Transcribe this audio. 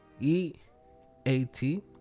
e-a-t